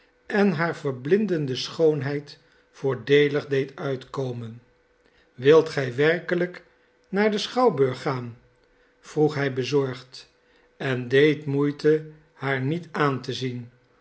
en haar verblindende schoonheid voordeelig deed uitkomen wilt gij werkelijk naar de schouwburg gaan vroeg hij bezorgd en deed moeite haar niet aan te zien